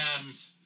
Yes